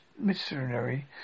missionary